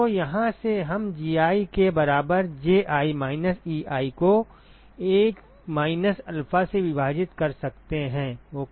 तो यहाँ से हम Gi के बराबर Ji माइनस Ei को 1 माइनस अल्फा से विभाजित कर सकते हैं ओके